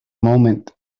moment